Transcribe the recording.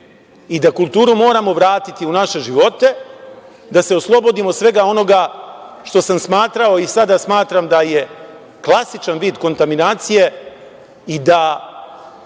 i da kulturu moramo vratiti u naše živote, da se oslobodimo svega onoga što sam smatrao, i sada smatram da je klasičan vid kontaminacije i da